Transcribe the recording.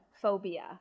phobia